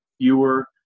fewer